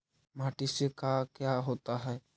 माटी से का क्या होता है?